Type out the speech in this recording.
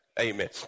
Amen